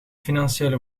financiële